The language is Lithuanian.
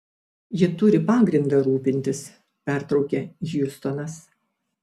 ji turi pagrindą rūpintis pertraukė hjustonas